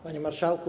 Panie Marszałku!